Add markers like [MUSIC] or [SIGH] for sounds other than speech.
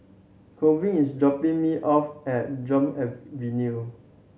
Colvin is dropping me off at [UNINTELLIGIBLE] Avenue